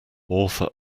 author